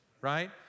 right